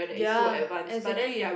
ya exactly